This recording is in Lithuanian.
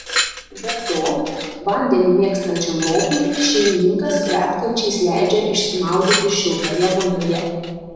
be to vandenį mėgstančiam ropliui šeimininkas retkarčiais leidžia išsimaudyti šiltoje vonioje